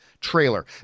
trailer